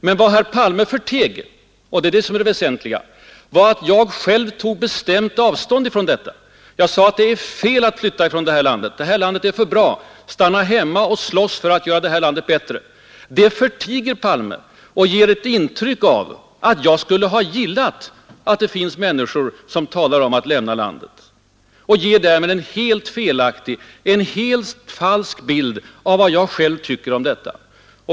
Men vad herr Palme förteg — och det är det väsentliga — var att jag själv tog bestämt avstånd från detta. Jag sade att det är fel att flytta från detta land. Landet är för bra. Stanna hemma och släss för att göra detta land bättre. Det förtiger herr Palme och söker ge ett intryck av att jag skulle ha gillat att det finns människor som talar om att lämna landet. Han ger därmed en helt falsk bild av vad jag själv tycker om detta.